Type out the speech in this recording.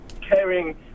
caring